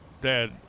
dad